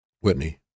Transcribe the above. Whitney